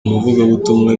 umuvugabutumwa